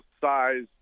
Size